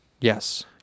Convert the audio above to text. Yes